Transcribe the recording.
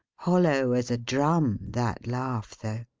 hollow as a drum, that laugh though.